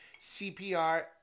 CPR